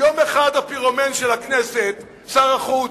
יום אחד הפירומן של הכנסת, שר החוץ,